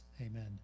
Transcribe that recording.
amen